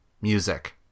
music